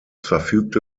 verfügte